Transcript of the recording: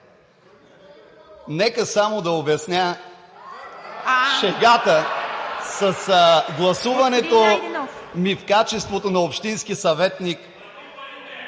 Нека само да обясня шегата с гласуването ми в качеството на общински съветник